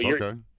okay